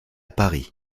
paris